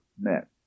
met